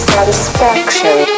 Satisfaction